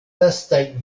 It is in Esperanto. lastaj